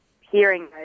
hearing